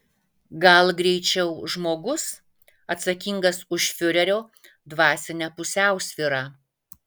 gal greičiau žmogus atsakingas už fiurerio dvasinę pusiausvyrą